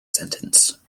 sentence